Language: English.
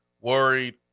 Worried